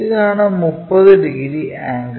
ഇതാണ് 30 degree angle